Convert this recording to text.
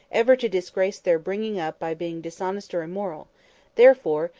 ever to disgrace their bringing up by being dishonest or immoral therefore,